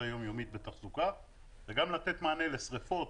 היומיומית בתחזוקה וגם לתת מענה לשריפות,